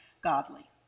godly